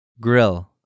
Grill